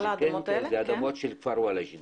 אלה אדמות של כפר וואלג'ה.